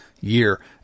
year